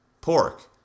pork